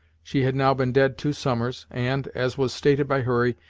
she had now been dead two summers, and, as was stated by hurry,